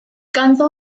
ganddo